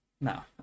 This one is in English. No